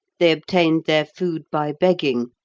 they obtained their food by begging,